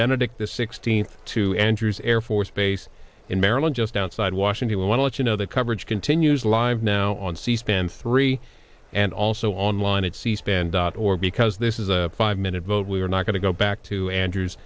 benedict the sixteenth to andrews air force base in maryland just outside washington we want to let you know that coverage continues live now on c span three and also online at c span dot or because this is a five minute vote we are not going to go back to and